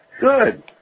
Good